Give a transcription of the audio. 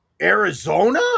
Arizona